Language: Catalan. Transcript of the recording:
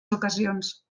ocasions